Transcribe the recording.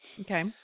okay